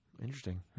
Interesting